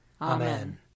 Amen